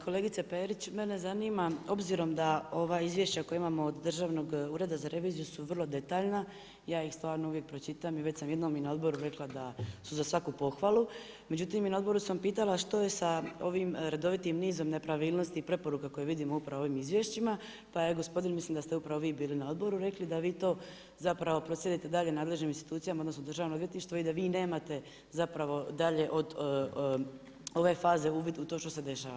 Kolegice Perić, mene zanima obzirom da ova izvješća koja imamo od Državnog ureda za reviziju su vrlo detaljna, ja ih stvarno uvijek pročitam i već sam jednom i na odboru rekla da su za svaku pohvalu, međutim i na odboru sam pitala što je sa ovim redovitim nizom nepravilnosti i preporuka koje vidimo upravo u ovim izvješćima, pa je gospodin, mislim da ste upravo vi bili na odboru, rekli da vi to zapravo proslijedite dalje nadležnim institucijama odnosno Državnom odvjetništvu i da vi nemate zapravo dalje od ove faze uvid u to što se dešava.